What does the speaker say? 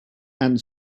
and